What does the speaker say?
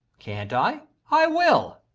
can't i? i will.